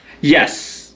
Yes